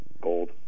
gold